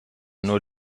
nur